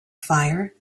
fire